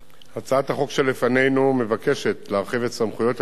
הצעת החוק שלפנינו מבקשת להרחיב את סמכויות הפיקוח